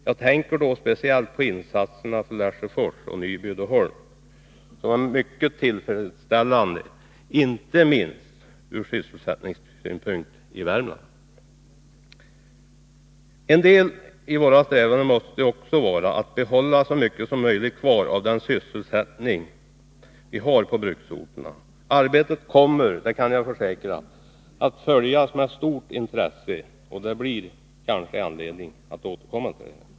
Jag tänker då speciellt på insatserna för Lesjöfors och Nyby-Uddeholm, som är mycket tillfredsställande inte minst för sysselsättningen i Värmland. En del av våra strävanden måste vara att behålla så mycket som möjligt kvar av den sysselsättning vi har på bruksorterna. Arbetet kommer — det kan jag försäkra — att följas med stort intresse, och det blir kanske anledning att återkomma.